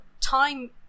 time